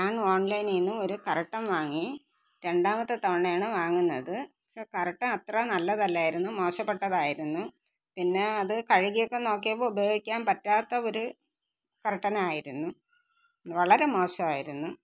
ഞാൻ ഓൺലൈനീന്ന് ഒരു കർട്ടൻ വാങ്ങി രണ്ടാമത്തെ തവണയാണ് വാങ്ങുന്നത് പക്ഷേ കർട്ടൻ അത്ര നല്ലതല്ലായിരുന്നു മോശപ്പെട്ടതായിരുന്നു പിന്നെ അത് കഴുകിയൊക്കെ നോക്കിയപ്പോൾ ഉപയോഗിക്കാൻ പറ്റാത്ത ഒരു കർട്ടനായിരുന്നു വളരെ മോശമായിരുന്നു